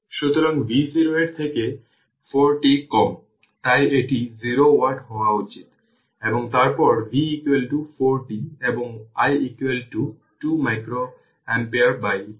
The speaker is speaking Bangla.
সুতরাং চিত্র 65 থেকে vx পেতে ভোল্টেজ ডিভিশনটি ব্যবহার করুন